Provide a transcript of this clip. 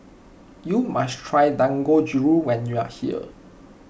you must try Dangojiru when you are here